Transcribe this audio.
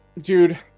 Dude